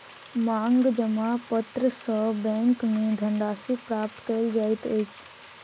मांग जमा पत्र सॅ बैंक में धन राशि प्राप्त कयल जाइत अछि